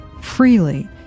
freely